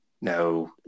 No